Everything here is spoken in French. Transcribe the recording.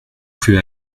plus